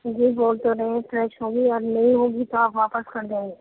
جی بول تو رہی ہوں فریش ہوگی اور نہیں ہوگی تو آپ واپس کر جائیے